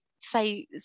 say